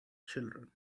children